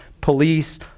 police